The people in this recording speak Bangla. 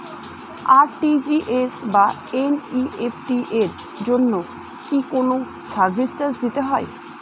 আর.টি.জি.এস বা এন.ই.এফ.টি এর জন্য কি কোনো সার্ভিস চার্জ দিতে হয়?